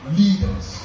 leaders